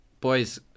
Boys